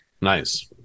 Nice